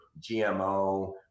GMO